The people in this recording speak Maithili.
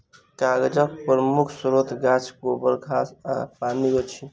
कागजक प्रमुख स्रोत गाछ, गोबर, घास आ पानि अछि